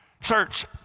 Church